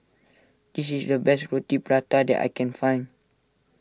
this is the best Roti Prata that I can find